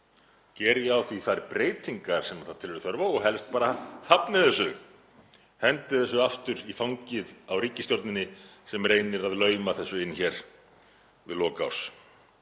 geri á því þær breytingar sem það telur þörf á og helst bara hafni þessu, hendi þessu aftur í fangið á ríkisstjórninni sem reynir að lauma þessu inn hér við lok